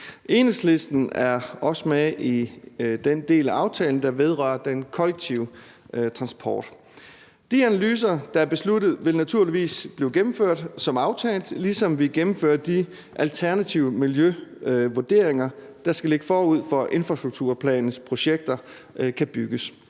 Enhedslisten er også med i den del af aftalen, der vedrører den kollektive transport. De analyser, der er blevet besluttet at lave, vil naturligvis blive gennemført som aftalt, ligesom vi gennemførte de alternative miljøvurderinger, der skal gå forud for, at infrastrukturplanens projekter kan